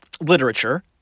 literature